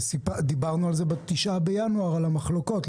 דיברנו על זה ב-9 בינואר על המחלוקות.